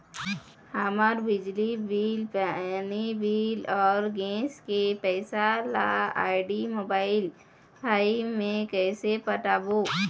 हमर बिजली बिल, पानी बिल, अऊ गैस के पैसा ला आईडी, मोबाइल, भाई मे कइसे पटाबो?